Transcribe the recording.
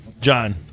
John